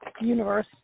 universe